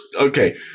Okay